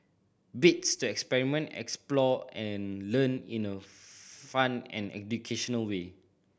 bits to experiment explore and learn in a fun and educational way